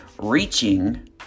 reaching